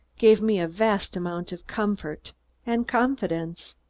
gave me a vast amount of comfort and confidence.